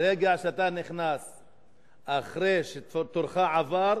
ברגע שאתה נכנס אחרי שתורך עבר,